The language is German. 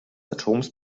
atoms